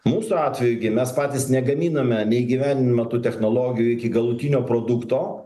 mūsų atveju gi mes patys negaminame neįgyvendiname tų technologijų iki galutinio produkto